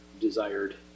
desired